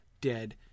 dead